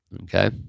Okay